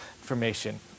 information